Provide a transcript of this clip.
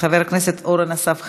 חבר הכנסת אורן אסף חזן,